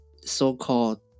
so-called